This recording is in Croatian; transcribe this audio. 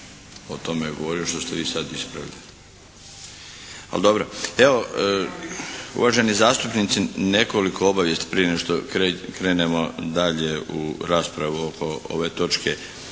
o tome govorio što ste vi sad ispravili.